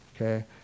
Okay